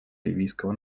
ливийского